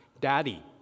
Daddy